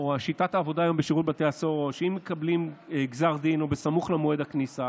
שיטת העבודה בבתי הסוהר היום היא שאם מקבלים גזר דין סמוך למועד הכניסה,